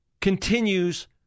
continues